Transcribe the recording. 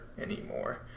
anymore